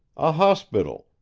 a hospital,